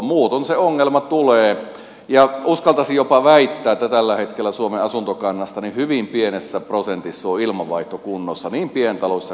muutoin se ongelma tulee ja uskaltaisin jopa väittää että tällä hetkellä suomen asuntokannasta hyvin pienessä prosentissa on ilmanvaihto kunnossa niin pientaloissa kuin kerrostaloissakin